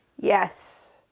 Yes